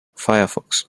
firefox